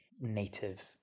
native